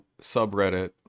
subreddit